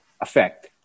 effect